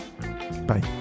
bye